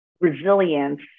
resilience